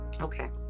Okay